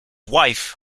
wife